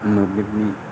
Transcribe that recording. मोब्लिबनि